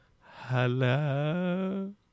Hello